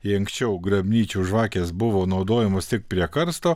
jei anksčiau grabnyčių žvakės buvo naudojamos tik prie karsto